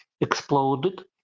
exploded